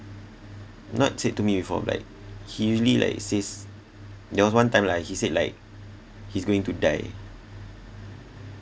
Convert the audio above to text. not said to me before like he usually like says there was one time lah he said like he's going to die